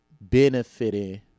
benefiting